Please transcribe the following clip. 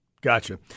Gotcha